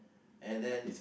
and then